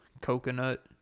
coconut